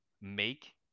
make